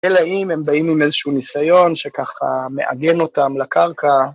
אלא אם הם באים עם איזשהו ניסיון שככה מעגן אותם לקרקע.